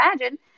imagine